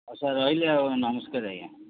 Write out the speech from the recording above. ଆଉ ସାର୍ ରହିଲି ଆଉ ନମସ୍କାର ଆଜ୍ଞା